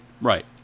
Right